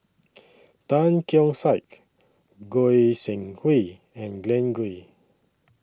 Tan Keong Saik Goi Seng Hui and Glen Goei